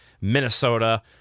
Minnesota